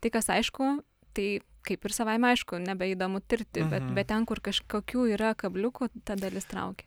tai kas aišku tai kaip ir savaime aišku nebeįdomu tirti bet bet ten kur kažkokių yra kabliukų ta dalis traukia